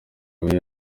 abe